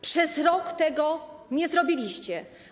Przez rok tego nie zrobiliście.